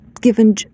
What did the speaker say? given